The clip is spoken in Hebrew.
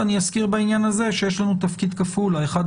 ואני אזכיר בעניין הזה שיש לנו תפקיד כפול: מצד אחד,